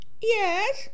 Yes